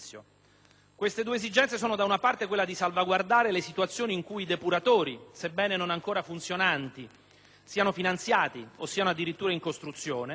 Tali esigenze sono, in primo luogo, quella di salvaguardare le situazioni in cui i depuratori, sebbene non ancora funzionanti, siano finanziati o addirittura in costruzione,